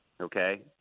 okay